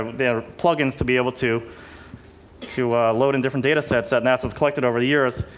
there are plug-ins to be able to to load in different data sets that nasa's collected over the years.